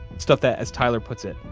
stuff that, as tyler puts it,